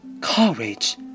Courage